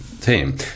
team